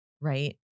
right